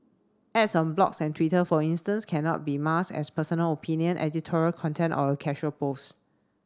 ads on blogs and Twitter for instance cannot be masked as personal opinion editorial content or a casual post